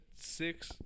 six